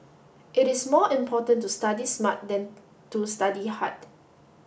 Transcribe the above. it is more important to study smart than to study hard